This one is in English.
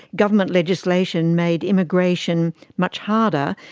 government legislation made immigration much harder.